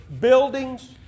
buildings